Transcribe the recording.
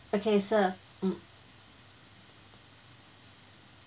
okay sir mm